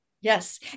Yes